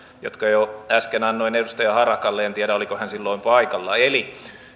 jonka jo äsken annoin edustaja harakalle en tiedä oliko hän silloin paikalla eli